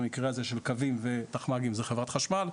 במקרה הזה של קווים ותחמ"גים הוא חברת חשמל.